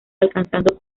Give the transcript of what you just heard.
alcanzando